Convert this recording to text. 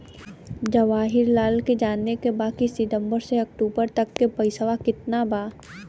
जवाहिर लाल के जाने के बा की सितंबर से अक्टूबर तक के पेसवा कितना बा?